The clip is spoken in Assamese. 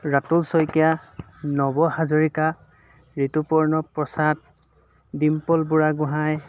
ৰাতুল শইকীয়া নৱ হাজৰিকা ঋতুপৰ্ণ প্ৰসাদ ডিম্পল বুঢ়াগোহাঁই